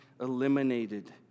eliminated